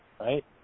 right